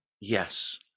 yes